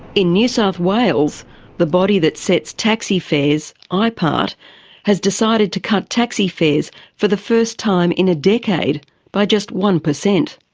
in new south wales the body that sets taxi fares, ah ipart, has decided to cut taxi fares for the first time in a decade by just one percent.